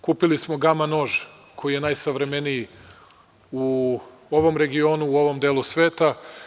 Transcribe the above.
Kupili smo „Gama nož“ koji je najsavremeniji u ovom regionu, u ovom delu sveta.